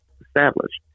established